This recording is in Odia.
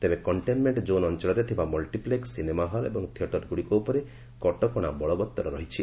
ତେବେ କଣ୍ଟେନ୍ମେଣ୍ଟ ଜୋନ୍ ଅଞ୍ଚଳରେ ଥିବା ମଲ୍ଟିପ୍ଲେକ୍ସ ସିନେମାହଲ୍ ଏବଂ ଥିଏଟରଗୁଡ଼ିକ ଉପରେ କଟକଣା ବଳବତ୍ତର ରହିଛି